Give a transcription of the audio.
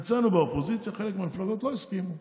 אצלנו באופוזיציה חלק מהמפלגות לא הסכימו.